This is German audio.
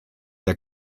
der